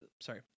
sorry